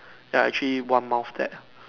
ya actually one mouth that